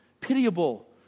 pitiable